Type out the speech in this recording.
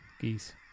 geese